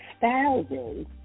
thousands